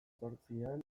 zortzian